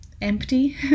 empty